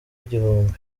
igihumbi